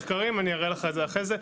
מחקרים אני אראה לך אחרי זה.